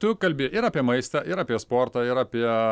tu kalbi ir apie maistą ir apie sportą ir apie